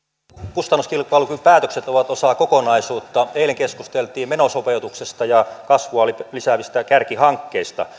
kustannuskilpailukykypäätökset ovat osa kokonaisuutta eilen keskusteltiin menosopeutuksesta ja kasvua lisäävistä kärkihankkeista